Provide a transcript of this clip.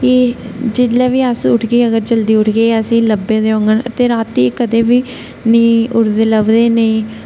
कि जिसले बी अस उठगे अगर जल्दी उठगे एह् असेंगी लभदे होङन ते राती एह् कदें बी नेई उडदे लभदे नेईं